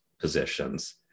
positions